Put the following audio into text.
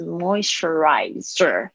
moisturizer